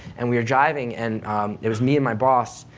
and we were driving and it was me and my boss,